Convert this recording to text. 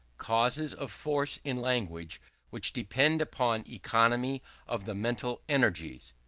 causes of force in language which depend upon economy of the mental energies.